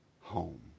home